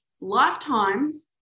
lifetimes